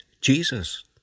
Jesus